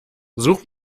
such